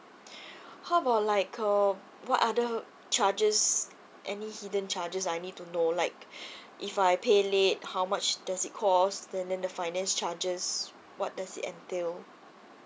how about like um what other charges any hidden charges I need to know like if I pay late how much does it cost and then the finance charges what does it entail